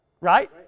Right